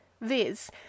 viz